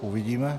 Uvidíme.